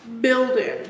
building